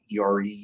ERE